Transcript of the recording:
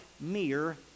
mere